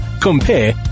compare